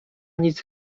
nic